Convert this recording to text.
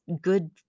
good